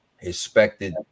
expected